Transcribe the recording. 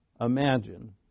imagine